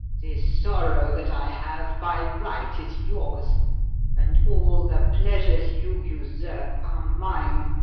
this sorrow that i have, by right is yours and all the pleasures you usurp are mine.